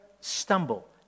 stumble